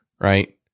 right